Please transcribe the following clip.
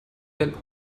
werden